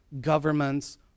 governments